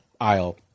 aisle